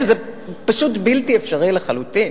שזה פשוט בלתי אפשרי לחלוטין,